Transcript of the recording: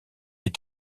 est